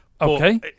Okay